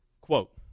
quote